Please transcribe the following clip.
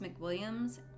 McWilliams